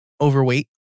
overweight